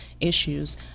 issues